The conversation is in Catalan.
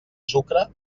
sucre